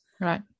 Right